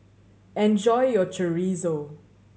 enjoy your Chorizo